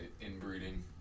inbreeding